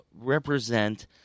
represent